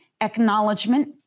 acknowledgement